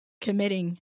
committing